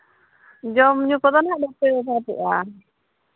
ᱡᱚᱢᱼᱧᱩ ᱠᱚᱫᱚ ᱦᱟᱸᱜ ᱵᱟᱯᱮ ᱚᱵᱷᱟᱵᱚᱜᱼᱟ